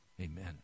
Amen